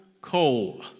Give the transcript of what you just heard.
Cole